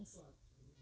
बसि